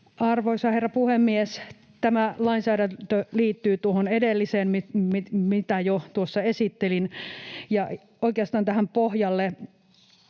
Arvoisa herra puhemies! Tämä lainsäädäntö liittyy tuohon edelliseen, mitä jo tuossa esittelin. Siis kyse on